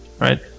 right